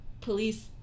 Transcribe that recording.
police